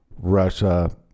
russia